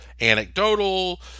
anecdotal